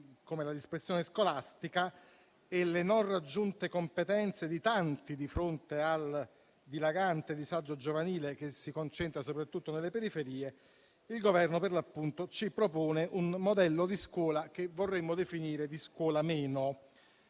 come la dispersione scolastica e le non raggiunte competenze di tanti di fronte al dilagante disagio giovanile, che si concentra soprattutto nelle periferie, ci propone un modello di scuola che vorremmo definire di "scuola meno".